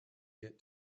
get